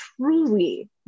truly